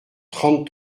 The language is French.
trente